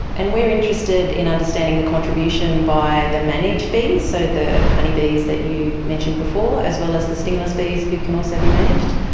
and we are interested in understanding the contribution by the managed bees, so the honeybees that you mentioned before, as well as the stingless bees who can also be managed,